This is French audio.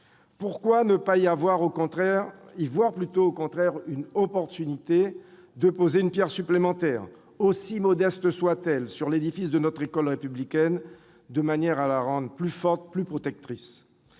Pourquoi ne pas y voir au contraire une occasion d'apporter une pierre supplémentaire, aussi modeste soit-elle, à l'édifice de notre école républicaine, de manière à la rendre plus forte, plus protectrice ?